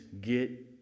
get